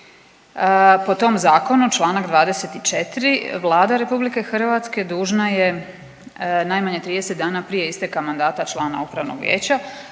Po tom zakonu članak 24. Vlada RH dužna je najmanje 30 dana prije isteka mandata člana Upravnog vijeća,